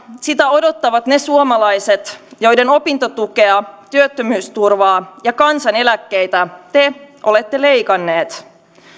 sitä odottavat ne suomalaiset joiden opintotukea työttömyysturvaa ja kansaneläkkeitä te olette leikanneet ja